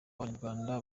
abanyarwanda